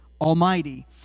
Almighty